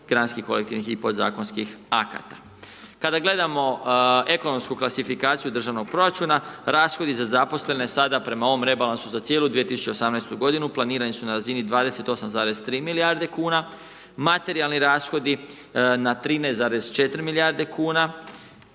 Kada gledamo ekonomsku klasifikaciju državnog proračuna, rashodi za zaposlene, sada prema ovom rebalansu za cijelu ovu 2018. g. planirani su na razini 28,3 milijarde kn, materijalni rashodi na 13,4 milijarde kn,